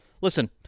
Listen